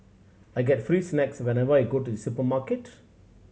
I get free snacks whenever I go to supermarket